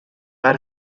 are